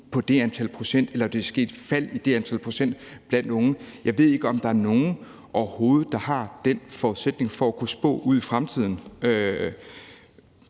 på det antal procent, eller der vil ske et fald på det antal procent blandt unge. Jeg ved ikke, om der er nogen overhovedet, der har den forudsætning for at kunne spå på om det